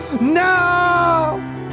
no